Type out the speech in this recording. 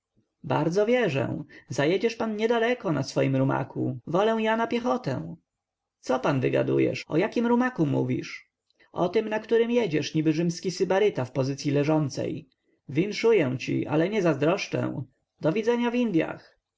bardzo wierzę zajedziesz pan niedaleko na swoim rumaku wolę ja na piechotę co pan wygadujesz o jakim rumaku mówisz o tym na którym jedziesz niby rzymski sybaryta w pozycyi leżącej winszuję ale nie zazdroszczę do widzenia w indyach